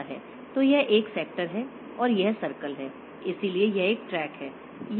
तो यह एक सेक्टर है और यह सर्कल है इसलिए यह एक ट्रैक है